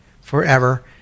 forever